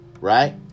right